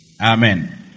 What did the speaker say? Amen